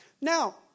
Now